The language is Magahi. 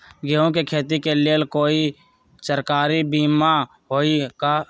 गेंहू के खेती के लेल कोइ सरकारी बीमा होईअ का?